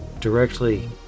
Directly